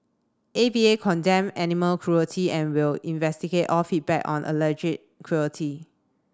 A V A condemn animal cruelty and will investigate all feedback on cruelty